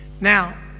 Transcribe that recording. Now